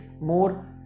more